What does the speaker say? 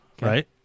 right